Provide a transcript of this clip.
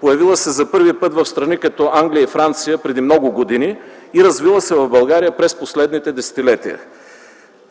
появила се за първи път в страни като Англия и Франция преди много години и развила се в България през последните десетилетия.